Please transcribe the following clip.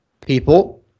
people